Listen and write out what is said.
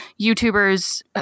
youtubers